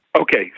Okay